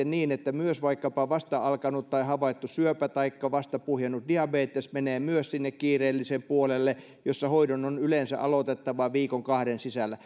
niin että myös vaikkapa vasta alkanut tai vasta havaittu syöpä taikka vasta puhjennut diabetes menee sinne kiireellisen puolelle jossa hoito on yleensä aloitettava viikon kahden sisällä